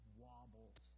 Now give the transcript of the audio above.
wobbles